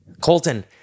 Colton